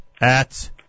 at-